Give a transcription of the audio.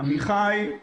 עמיחי,